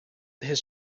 his